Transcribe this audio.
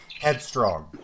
headstrong